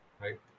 right